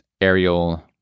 aerial